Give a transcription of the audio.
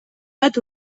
bat